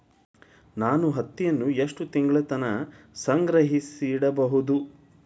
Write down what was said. ನಾನು ಹತ್ತಿಯನ್ನ ಎಷ್ಟು ತಿಂಗಳತನ ಸಂಗ್ರಹಿಸಿಡಬಹುದು?